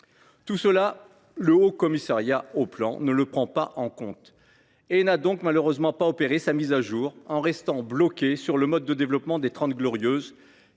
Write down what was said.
Tout cela, le Haut Commissariat au plan ne le prend pas en compte. Il n’a donc malheureusement pas opéré sa mise à jour, en restant bloqué sur le mode de développement des Trente Glorieuses,